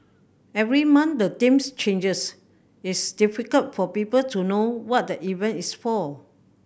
every month the themes changes it's difficult for people to know what the event is for